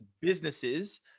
businesses